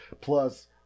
plus